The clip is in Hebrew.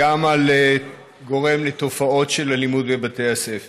וגם גורם לתופעות של אלימות בבתי הספר.